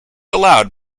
allowed